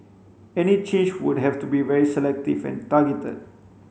any change would have to be very selective and targeted